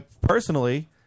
Personally